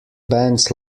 bands